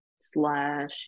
slash